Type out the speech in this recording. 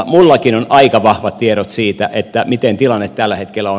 minullakin on aika vahvat tiedot siitä että miten tilanne tällä hetkellä on